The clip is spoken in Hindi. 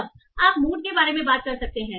तब आप मूड के बारे में बात कर सकते हैं